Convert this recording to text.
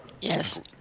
Yes